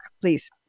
please